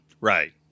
Right